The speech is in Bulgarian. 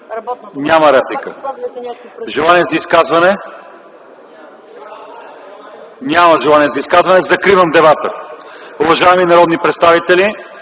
ИВАНОВ: Желания за изказване? Няма желания за изказване. Закривам дебата. Уважаеми народни представители,